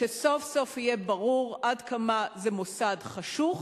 שסוף-סוף יהיה ברור עד כמה זה מוסד חשוך,